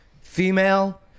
female